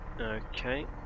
Okay